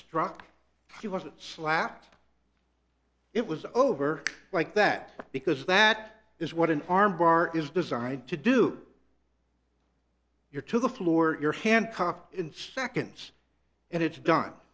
struck she wasn't slapped it was over like that because that is what an arm bar is designed to do your to the floor your hand cop in seconds and it's done